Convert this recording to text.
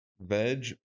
veg